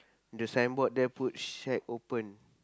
the signboard there put shack open